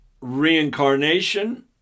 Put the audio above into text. Reincarnation